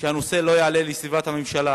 שהנושא לא יעלה לישיבת הממשלה